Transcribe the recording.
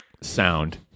sound